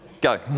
Go